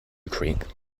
creek